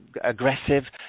aggressive